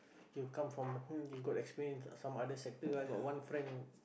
you come from you got experience some other sector I got one friend